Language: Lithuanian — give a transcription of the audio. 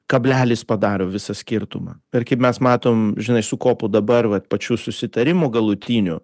kablelis padaro visą skirtumą tarkim mes matom žinai su kopo dabar vat pačiu susitarimu galutiniu